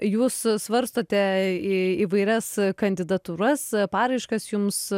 jūs svarstote į įvairias kandidatūras paraiškas jums